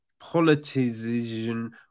politicization